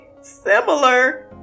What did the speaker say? similar